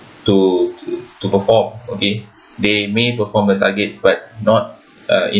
to to to perform okay they may perform the target but not a